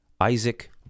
Isaac